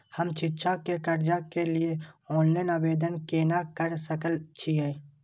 हम शिक्षा के कर्जा के लिय ऑनलाइन आवेदन केना कर सकल छियै?